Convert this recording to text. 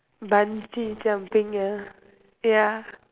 bun ah ya